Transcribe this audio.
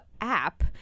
app